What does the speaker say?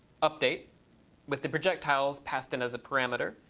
update with the projectiles passed in as a parameter.